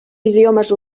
idiomes